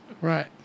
Right